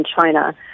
China